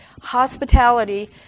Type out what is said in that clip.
Hospitality